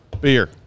beer